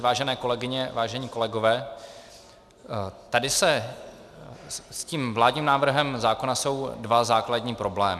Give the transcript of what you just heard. Vážené kolegyně, vážení kolegové, tady s tím vládním návrhem zákona jsou dva základní problémy.